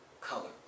color